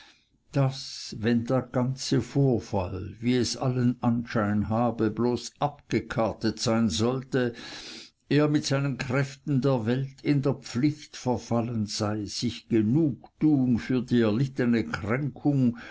daß wenn der ganze vorfall wie es allen anschein habe bloß abgekartet sein sollte er mit seinen kräften der welt in der pflicht verfallen sei sich genugtuung für die erlittene kränkung